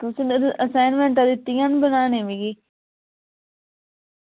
तुसें मिगी असाइनमेंटां दित्तियां न बनाने गी मिगी